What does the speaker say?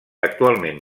actualment